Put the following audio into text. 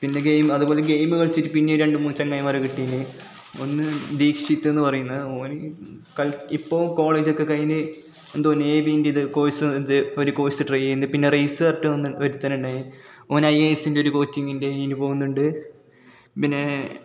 പിന്നെ ഗെയിം അതുപോലെ ഗെയിമ് കളിച്ചിട്ട് പിന്നെ രണ്ടു മൂന്നു ചങ്ങാതിമാരെ കിട്ടീന് ഒന്ന് ദീക്ഷിത് എന്ന് പറയുന്നത് ഓന് കൾ ഇപ്പോൾ കോളേജൊക്കെ കഴിഞ്ഞ് എന്തോ നേവീൻ്റെ ഇത് കോഴ്സ് ത് ഒരു കോഴ്സ്സ് ട്രൈ ചെയ്യുന്നു പിന്നെ റെയ്സർറ്റൊ എന്ന് ഒരുത്തനുണ്ടായി ഓൻ ഐ ഏ എസ്സിൻ്റെ ഒര് കോച്ചിങ്ങിൻ്റെ ഇതിന് പോകുന്നുണ്ട് പിന്നേ